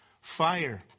fire